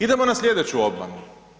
Idemo na sljedeću obmanu.